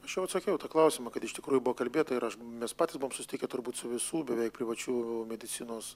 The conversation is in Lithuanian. aš jau atsakiau į tą klausimą kad iš tikrųjų buvo kalbėta ir mes patys buvom susitikę turbūt su visų beveik privačių medicinos